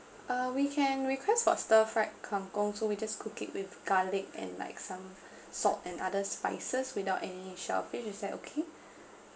uh we can request for stir fried kang kong so we just cook it with garlic and like some salt and other spices without any shellfish is that okay